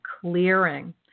clearing